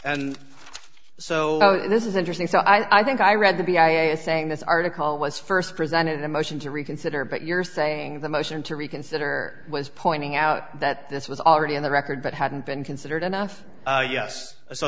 and so this is interesting so i think i read to be i am saying this article was st presented in a motion to reconsider but you're saying the motion to reconsider was pointing out that this was already in the record but hadn't been considered enough yes so